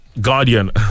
guardian